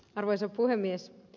arvoisa puhemies